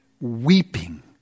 weeping